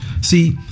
See